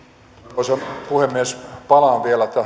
arvoisa puhemies palaan vielä